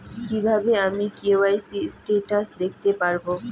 কিভাবে আমি KYC status দেখতে পারবো?